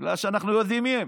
בגלל שאנחנו יודעים מי הם.